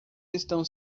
estão